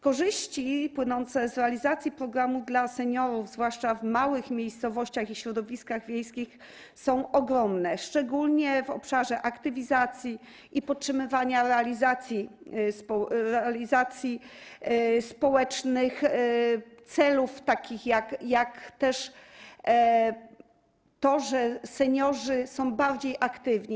Korzyści płynące z realizacji programu dla seniorów, zwłaszcza w małych miejscowościach i środowiskach wiejskich, są ogromne, szczególnie w obszarze aktywizacji i podtrzymywania realizacji społecznych celów, takich jak to, że seniorzy są bardziej aktywni.